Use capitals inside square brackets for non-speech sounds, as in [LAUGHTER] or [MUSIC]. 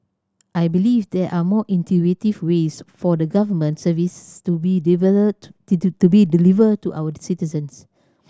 I believe there are more intuitive ways for the government services to be developed [UNINTELLIGIBLE] to be delivered to our citizens